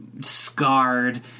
scarred